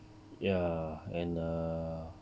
ya and err